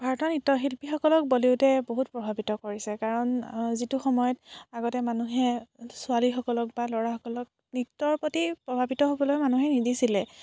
ভাৰতৰ নৃত্যশিল্পীসকলক বলিউডে বহুত প্ৰভাৱিত কৰিছে কাৰণ যিটো সময়ত আগতে মানুহে ছোৱালীসকলক বা ল'ৰাসকলক নৃত্যৰ প্ৰতি প্ৰভাৱিত হ'বলৈ মানুহে নিদিছিলে